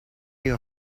you